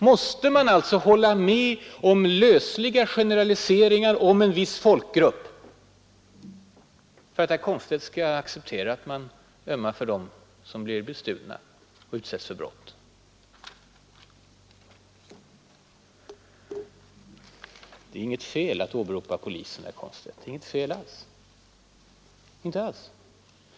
Måste man hålla med om generaliseringar beträffande en viss folkgrupp för att herr Komstedt skall anse att man ömmar för dem som blir bestulna och utsätts för andra brott? Det är inget fel att åberopa polisen, herr Komstedt, inte alls.